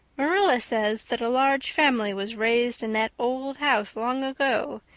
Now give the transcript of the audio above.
marilla says that a large family was raised in that old house long ago,